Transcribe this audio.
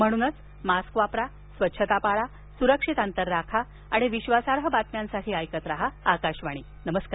म्हणूनच मास्क वापरा स्वच्छता पाळा सुरक्षित अंतर राखा आणि विश्वासार्ह बातम्यांसाठी ऐकत राहा आकाशवाणी नमस्कार